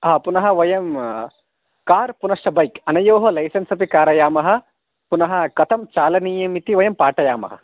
आ पुनः वयं कार् पुनश्च बैक् अनयोः लैसेन्स् अपि कारयामः पुनः कथं चालनीयम् इति वयं पाठयामः